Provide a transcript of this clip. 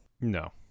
no